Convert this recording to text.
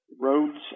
roads